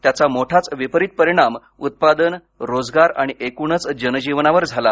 त्याचा मोठाच विपरित परिणाम उत्पादन रोजगार आणि एकूणच जनजीवनावर झाला